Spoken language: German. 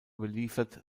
überliefert